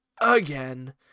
again